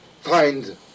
find